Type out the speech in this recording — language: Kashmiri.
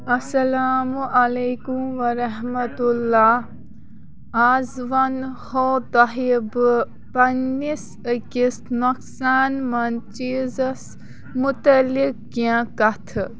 السلام علیکم ورحمۃ اللہ آز ونہو تۄہہ بہٕ پَنٕنس أکِس نۄقصان منٛد چیٖزس مُتعلِق کیٚنٛہہ کَتھٕ